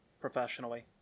professionally